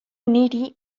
niri